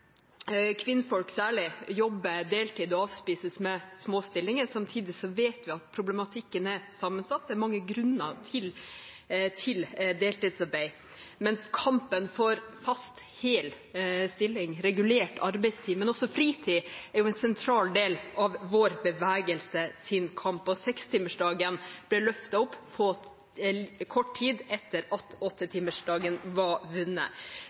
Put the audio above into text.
kvinnfolk særlig – jobber deltid og avspises med små stillinger. Samtidig vet vi at problematikken er sammensatt; det er mange grunner til deltidsarbeid. Kampen for fast, hel stilling, regulert arbeidstid, men også fritid er en sentral del av vår bevegelses kamp, og sekstimersdagen ble løftet opp kort tid etter at kampen om åttetimersdagen var vunnet.